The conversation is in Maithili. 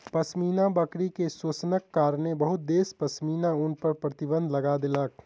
पश्मीना बकरी के शोषणक कारणेँ बहुत देश पश्मीना ऊन पर प्रतिबन्ध लगा देलक